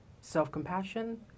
Self-compassion